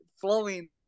flowing